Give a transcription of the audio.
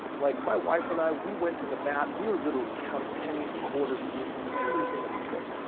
like my wife and i, we went to the mat. we were literally counting pennies and quarters and doing everything that we could.